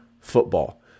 football